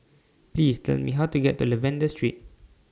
Please Tell Me How to get to Lavender Street